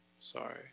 Sorry